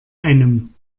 einem